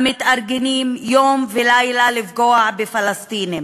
המתארגנים יום ולילה לפגוע בפלסטינים.